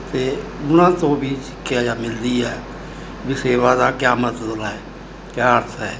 ਅਤੇ ਉਹਨਾਂ ਤੋਂ ਵੀ ਸਿੱਖਿਆ ਜਾ ਮਿਲਦੀ ਹੈ ਵੀ ਸੇਵਾ ਦਾ ਕਿਆ ਮਤਲਬ ਹੈ ਕਿਆ ਅਰਥ ਹੈ